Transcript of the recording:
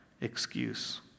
excuse